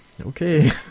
okay